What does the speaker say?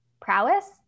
prowess